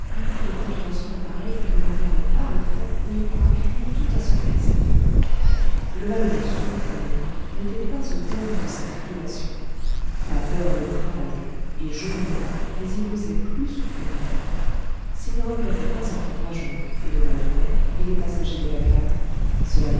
un coup de couteau dans son appareil et nous l'enverrons par le fond où il pourra crier tout à son aise le malheureux soun on le voit n'était pas au terme de ses tribulations la peur le travaillait et joliment mais il n'osait plus souffler mot s'il ne regrettait pas encore la jonque et le mal de mer et les passagers de la cale cela